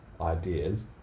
ideas